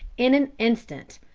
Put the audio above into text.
in an instant.